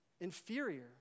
inferior